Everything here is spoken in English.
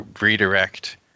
redirect